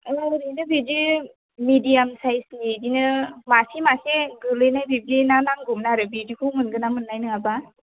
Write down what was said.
ओरैनो बिदि मिडियाम साइसनि बिदिनो मासे मासे गोलैनाय बिब्दि ना नांगौमोन आरो बिदिखौ मोनगोन ना मोन्नाय नङाबा